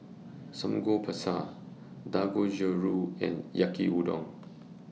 Samgyeopsal Dangojiru and Yaki Udon